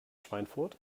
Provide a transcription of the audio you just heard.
schweinfurt